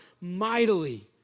mightily